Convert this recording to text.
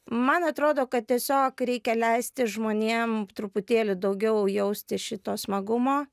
man atrodo kad tiesiog reikia leisti žmonėm truputėlį daugiau jausti šito smagumo